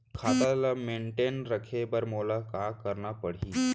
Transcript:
खाता ल मेनटेन रखे बर मोला का करना पड़ही?